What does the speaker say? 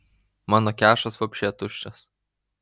mano kašas vapše tuščias